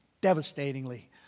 devastatingly